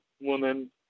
woman